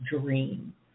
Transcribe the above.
dream